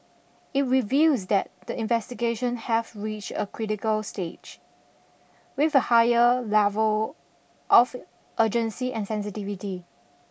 it reveals that the investigations have reached a critical stage with a higher level of urgency and sensitivity